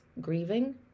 grieving